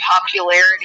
popularity